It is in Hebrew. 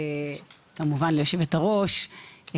כמובן ליושבת הראש,